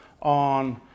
on